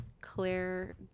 Claire